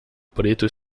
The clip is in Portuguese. preto